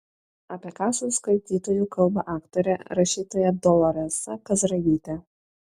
apie ką su skaitytoju kalba aktorė rašytoja doloresa kazragytė